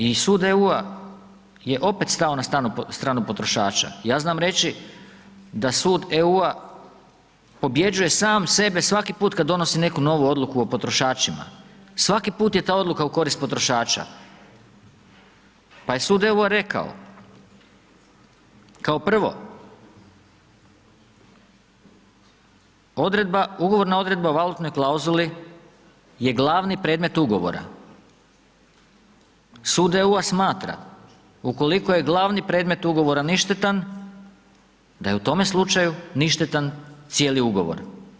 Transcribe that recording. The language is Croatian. I sud EU-a je opet stao na stranu potrošača, ja znam reći da sud EU-a pobjeđuje sam sebe svaki put kad donosi neku novu odluku o potrošačima, svaki put je ta odluka u korist potrošača pa je sud EU-a rekao kao prvo, ugovorna odredba o valutnoj klauzuli je glavni predmet ugovora, sud EU-a smatra ukoliko je glavni predmet ugovora ništetan da je u tome slučaju ništetan cijeli ugovor.